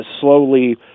slowly –